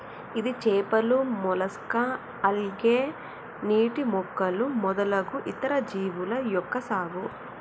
ఇది చేపలు, mollusca, algae, నీటి మొక్కలు మొదలగు ఇతర జీవుల యొక్క సాగు